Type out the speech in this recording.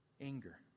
Anger